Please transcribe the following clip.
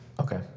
Okay